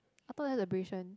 upper there is abrasion